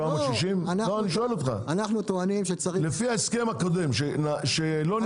760 לפי ההסכם הקודם, שלא נחתם?